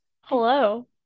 Hello